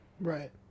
right